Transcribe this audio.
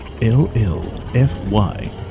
L-L-F-Y